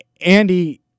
Andy